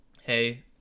hey